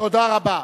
תודה רבה.